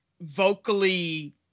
vocally